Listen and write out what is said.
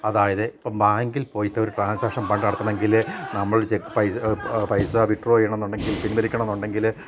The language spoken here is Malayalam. അതായത് ഇപ്പം ബാങ്കിൽ പോയിട്ട് ഒരു ട്രാൻസാക്ഷൻ പണ്ട് നടത്തണമെങ്കിൽ നമ്മൾ ചെക്ക് പൈസ പൈസ വിത്ത്ഡ്രോ ചെയ്യണമെന്നുണ്ടെങ്കിൽ പിൻവലിക്കണമെന്നുണ്ടെങ്കിൽ